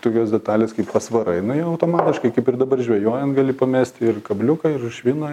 tokios detalės kaip pasvara jinai automatiškai kaip ir dabar žvejojant gali pamesti ir kabliuką ir šviną